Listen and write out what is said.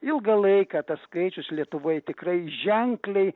ilgą laiką tas skaičius lietuvoj tikrai ženkliai